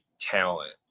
talent